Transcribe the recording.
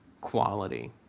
quality